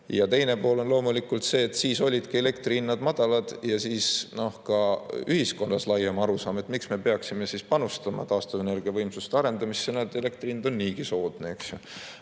Teine pool on loomulikult see, et siis olidki elektrihinnad madalad ja ka ühiskonnas oli laiem arusaam, et miks me peaksime panustama taastuvenergia võimsuste arendamisse, kui elektri hind on niigi soodne,